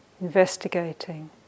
investigating